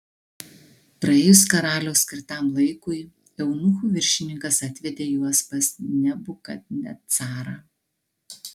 praėjus karaliaus skirtam laikui eunuchų viršininkas atvedė juos pas nebukadnecarą